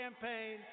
campaign